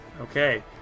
Okay